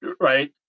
right